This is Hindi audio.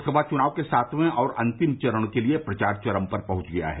लोकसभा चुनाव के सातवें और अंतिम चरण के लिये प्रचार चरम पर पहुंच गया है